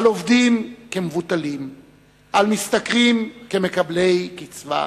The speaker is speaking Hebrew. על עובדים כמובטלים ועל משתכרים כמקבלי קצבה,